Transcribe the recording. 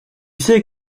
sais